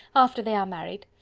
after they are married.